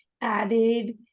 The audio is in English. added